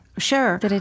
Sure